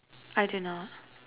I do not